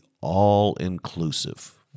all-inclusive